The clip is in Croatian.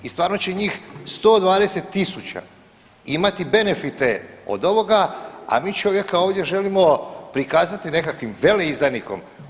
I stvarno će njih 120 000 imati benefite od ovoga, a mi čovjeka ovdje želimo prikazati nekakvim veleizdajnikom.